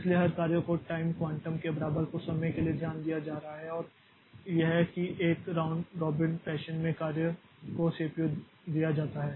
इसलिए हर कार्य को टाइम क्वांटम के बराबर कुछ समय के लिए ध्यान दिया जा रहा है और यह कि एक राउंड रॉबिन फैशन में कार्य को सीपीयू दिया जाता है